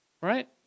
right